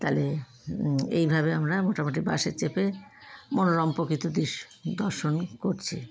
তাহলে এইভাবে আমরা মোটামুটি বাসে চেপে মনোরম প্রকৃতি দর্শন করছি